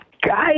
Guys